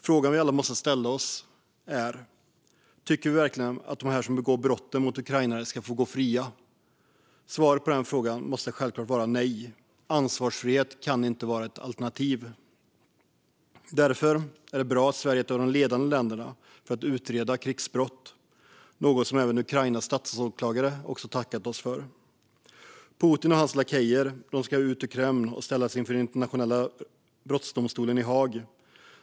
Frågan vi alla måste ställa oss är: Tycker vi verkligen att de som begår de här brotten mot ukrainare ska få gå fria? Svaret måste självklart vara: Nej. Ansvarsfrihet kan inte vara ett alternativ. Därför är det bra att Sverige är ett av de ledande länderna för att utreda krigsbrott. Det har Ukrainas statsåklagare även tackat oss för. Putin och hans lakejer ska ut ur Kreml och ställas inför rätta vid Internationella brottmålsdomstolen i Haag.